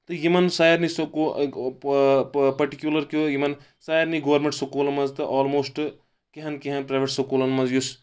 تہٕ یِمن سارنٕے سکوٗل پٔٹِکیوٗلر کیو یِمن سارنٕے گورمینٹ سکوٗلن منٛز تہٕ آلموسٹہٕ کینٛہہ کینٛہہ پرایویٹ سکوٗلن منٛز یُس